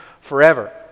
forever